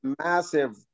massive